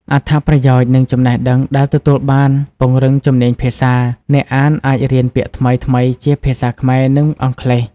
អត្ថប្រយោជន៍ និងចំណេះដឹងដែលទទួលបានពង្រឹងជំនាញភាសា អ្នកអានអាចរៀនពាក្យថ្មីៗជាភាសាខ្មែរ និងអង់គ្លេស។